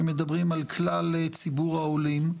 מדברים על כלל ציבור העולים,